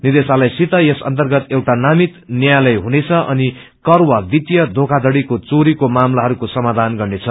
निदेशालयसित यस अन्तगत एउटा नामित न्यायालय हुनेछ अनि कर वा वित्तीय बाखापड़ीको घोरीको मामलाहरूको सामाचान गर्नेछ